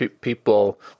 people